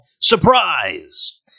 surprise